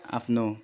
आफ्नो